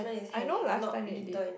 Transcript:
I know last time they did